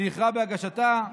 שאיחרה בהגשתה,